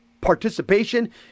participation